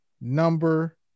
number